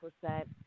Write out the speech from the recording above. percent